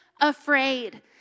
afraid